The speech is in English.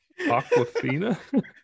Aquafina